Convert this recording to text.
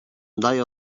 daj